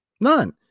None